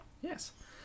Yes